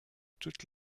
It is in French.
toutes